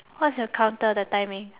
what is your counter the timing